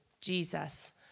Jesus